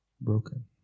Broken